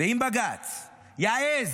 ואם בג"ץ יעז,